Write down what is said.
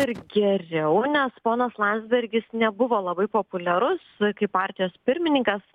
ir geriau nes ponas landsbergis nebuvo labai populiarus kaip partijos pirmininkas